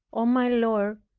o my lord,